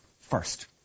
first